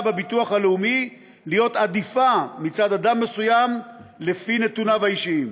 בביטוח הלאומי להיות עדיפה מצד אדם מסוים לפי נתוניו האישיים.